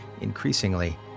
increasingly